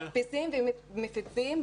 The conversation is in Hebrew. מדפיסים ומפיצים.